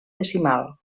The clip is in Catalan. decimal